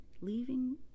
leaving